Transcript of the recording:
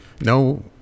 no